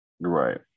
Right